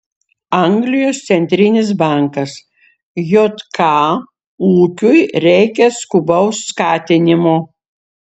anglijos centrinis bankas jk ūkiui reikia skubaus skatinimo